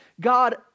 God